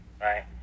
right